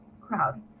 crowd